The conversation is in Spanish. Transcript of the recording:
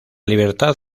libertad